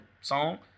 song